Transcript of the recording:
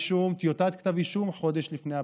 טיוטת כתב אישום חודש לפני הבחירות,